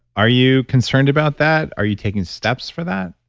are you concerned about that? are you taking steps for that?